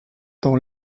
dans